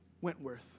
Wentworth